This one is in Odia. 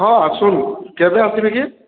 ହଁ ଆସୁନ୍ କେବେ ଆସିବେ କି